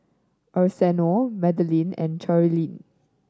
Arsenio Madelynn and Cherilyn